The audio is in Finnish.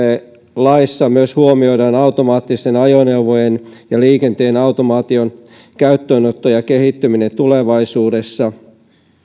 laissa huomioidaan myös automaattisten ajoneuvojen ja liikenteen automaation käyttöönotto ja kehittyminen tulevaisuudessa